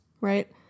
right